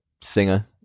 singer